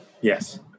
Yes